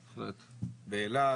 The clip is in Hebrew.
באילת,